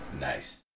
Nice